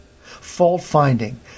Fault-finding